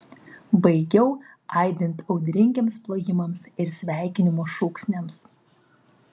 baigiau aidint audringiems plojimams ir sveikinimo šūksniams